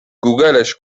گوگلش